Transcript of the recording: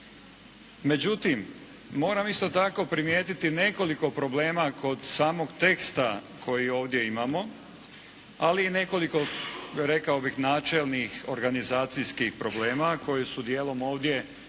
Međutim moram isto tako primijetiti nekoliko problema kod samog teksta koji ovdje imamo ali i nekoliko rekao bih načelnih organizacijskih problema koji su dijelom ovdje i